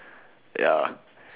ya